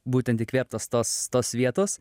būtent įkvėptas tos tos vietos